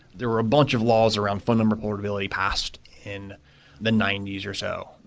there were a bunch of laws around phone number portability passed in the ninety s or so.